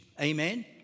amen